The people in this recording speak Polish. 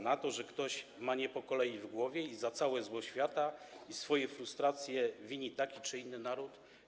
Na to, że ktoś ma nie po kolei w głowie i za całe zło świata i swoje frustracje wini taki czy inny naród?